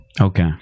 Okay